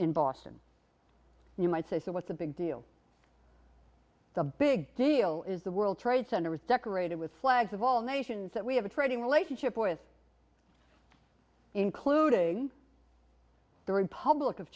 in boston you might say so what's the big deal the big deal is the world trade center was decorated with flags of all nations that we have a trading relationship with including the republic of